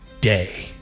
day